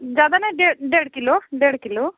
ज़्यादा नई डेढ डेढ़ किलाे डेढ़ किलो